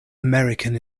american